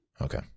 Okay